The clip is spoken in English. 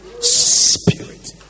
Spirit